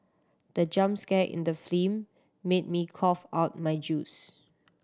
the jump scare in the film made me cough out my juice